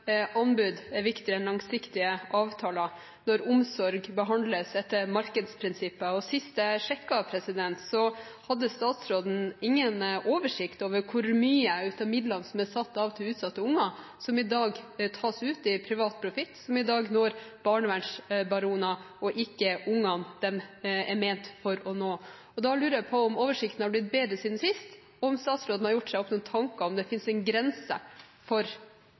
anbud er viktigere enn langsiktige avtaler, og når omsorg behandles etter markedsprinsipper. Sist jeg sjekket, hadde statsråden ingen oversikt over hvor mye av midlene som er satt av til utsatte unger, som i dag tas ut i privat profitt, og som i dag når barnevernsbaroner og ikke de ungene de er ment å nå. Da lurer jeg på om oversikten har blitt bedre siden sist, og om statsråden har gjort seg opp noen tanker om det finnes en grense for